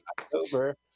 October